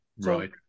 Right